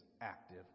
active